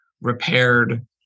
repaired